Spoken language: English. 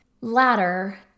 ladder